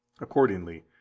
Accordingly